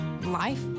life